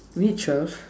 which ah